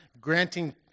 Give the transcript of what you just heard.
granting